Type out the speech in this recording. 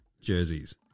jerseys